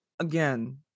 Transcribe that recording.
again